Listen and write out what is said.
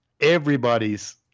everybody's